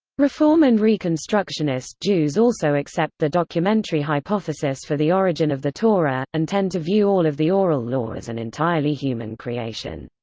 reform and reconstructionist jews also accept the documentary hypothesis for the origin of the torah, and tend to view all of the oral law as an entirely human creation.